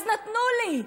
אז נתנו לי,